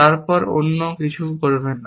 তারপর কিছুই করবেন না